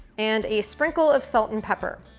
and a sprinkle of salt and pepper.